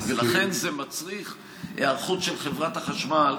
לכן זה מצריך היערכות של חברת החשמל,